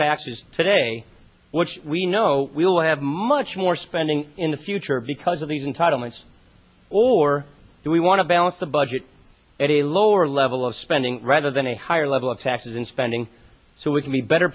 taxes today which we know we will have much more spending in the future because of these entitlements or do we want to balance the budget at a lower level of spending rather than a higher level of taxes and spending so we can be better